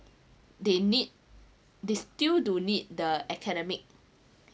they need they still do need the academic